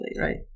right